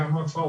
את זה אמר -.